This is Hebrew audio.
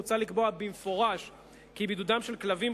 מוצע לקבוע במפורש כי בידודם של כלבים,